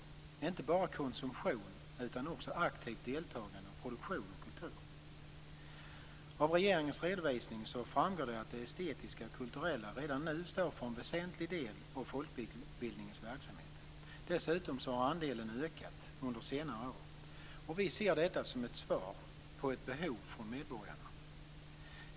Det gäller inte bara konsumtion utan också aktivt deltagande i och produktion av kultur. Av regeringens redovisning framgår att det estetiska och kulturella redan nu står för en väsentlig del av folkbildningens verksamhet. Dessutom har andelen ökat under senare år. Vi ser detta som ett svar på ett behov från medborgarna.